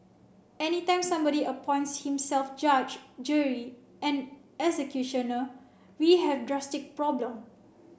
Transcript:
any time somebody appoints himself judge jury and executioner we have drastic problem